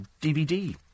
DVD